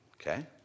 Okay